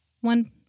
one